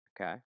Okay